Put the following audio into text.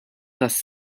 tas